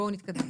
בואו נתקדם.